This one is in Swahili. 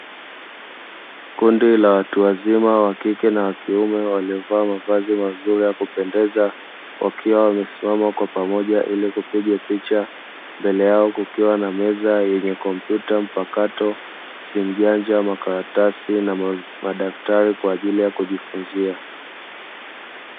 Kundi la watu wazima wa kike na wa kiume waliovaa mavazi mazuri ya kupendeza wakiwa wamesimama kwa pamoja ili kupigwa picha, mbele yao kukiwa na meza yenye kompyuta mpakato, simu janja, makaratasi na madaftari kwa ajili ya kujifunzia.